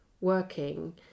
working